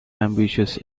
ambitious